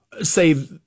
say